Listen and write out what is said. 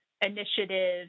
initiative